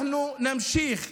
אנחנו נמשיך,